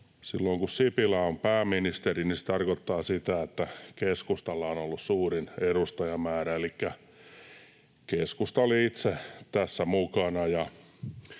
silloin kun Sipilä on ollut pääministeri, niin se on tarkoittanut sitä, että keskustalla on ollut suurin edustajamäärä. Elikkä keskusta oli itse tässä mukana,